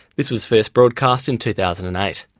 this was first broadcast in two thousand and eight.